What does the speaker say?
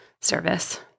service